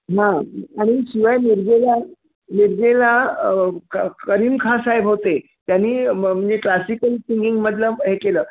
हां आणि शिवाय मिरजेला मिरजेला क करिम खा साहेब होते त्यांनी मग म्हणजे क्लासिकल सिंगिंगमधलं हे केलं